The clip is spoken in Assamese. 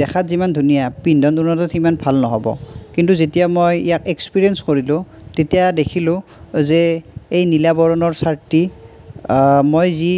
দেখাত যিমান ধুনীয়া পিন্ধন উৰণত সিমান ভাল নহ'ব কিন্তু যেতিয়া মই ইয়াক এক্সপেৰিয়েন্স কৰিলোঁ তেতিয়া দেখিলোঁ যে এই নীলা বৰণৰ চাৰ্টটি মই যি